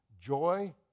joy